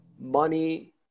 money